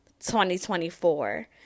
2024